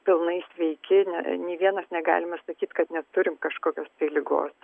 pilnai sveiki ne nei vienas negalime sakyti kad neturim kažkokios tai ligos